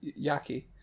yaki